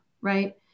Right